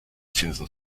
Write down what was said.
zinsen